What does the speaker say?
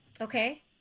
Okay